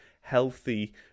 healthy